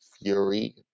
Fury